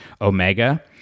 Omega